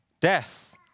Death